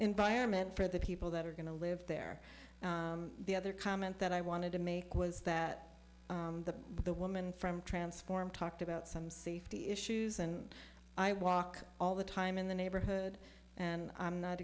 environment for the people that are going to live there the other comment that i wanted to make was that the the woman from transform talked about some safety issues and i walk all the time in the neighborhood and i'm not